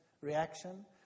reaction